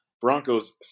Broncos